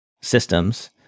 systems